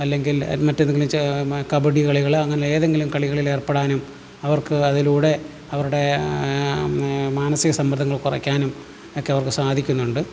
അല്ലെങ്കിൽ മറ്റേതെങ്കിലും ചെ കബഡി കളികള് അങ്ങനെ ഏതെങ്കിലും കളികളിലേർപ്പെടാനും അവർക്ക് അതിലൂടെ അവരുടെ മാനസിക സമ്മർദ്ദങ്ങൾ കുറയ്ക്കാനും ഒക്കെ അവർക്ക് സാധിക്കുന്നുണ്ട്